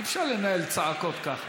אי-אפשר לנהל צעקות ככה.